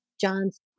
John's